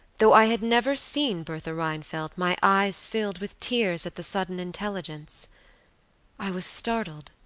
though i had never seen bertha rheinfeldt my eyes filled with tears at the sudden intelligence i was startled,